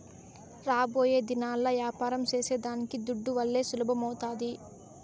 రాబోయేదినాల్ల యాపారం సేసేదానికి దుడ్డువల్లే సులభమౌతాది